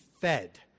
fed